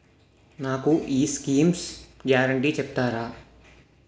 నాకు ఈ schemes guarantee చెప్తారా?